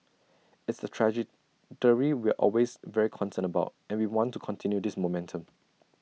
it's the trajectory we're always very concerned about and we want to continue this momentum